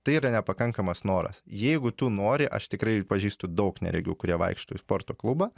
tai yra nepakankamas noras jeigu tu nori aš tikrai pažįstu daug neregių kurie vaikšto į sporto klubą